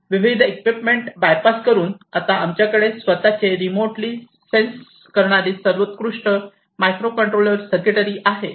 विविध equipment bypass करून आता आमच्याकडे स्वतःचे रिमोटली सेन्स करणारी सर्वोत्कृष्ट मायक्रो कंट्रोलर सर्किटरी आहे